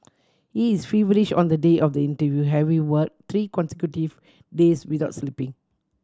he is feverish on the day of the interview having work three consecutive days without sleeping